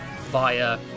via